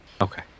Okay